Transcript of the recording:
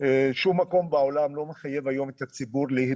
האם אנחנו מחייבים מסכות בטיסות?